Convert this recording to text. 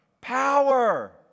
power